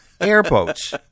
Airboats